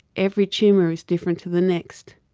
every tumour is different to the next.